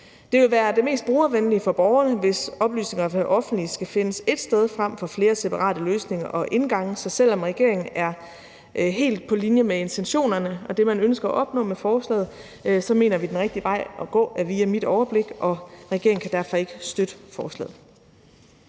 Det vil være det mest brugervenlige for borgerne, hvis oplysningerne i det offentlige skal findes ét sted frem for ved flere separate løsninger og indgange. Så selv om regeringen er helt på linje med intentionerne og det, man ønsker at opnå med forslaget, så mener vi, at den rigtige vej at gå er via Mit Overblik – og regeringen kan derfor ikke støtte forslaget.